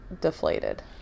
deflated